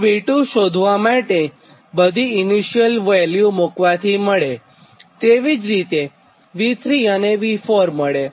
તો V2 શોધવા માટે બધી ઇનીશીયલ વેલ્યુ મુક્વાથી મળેતે જ રીતે V3 અને V4 મળે